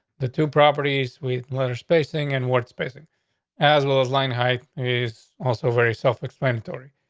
the two properties with letter spacing and word spacing as well as line height is also very self explanatory.